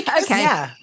okay